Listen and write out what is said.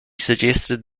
suggested